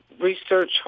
research